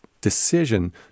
decision